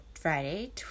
Friday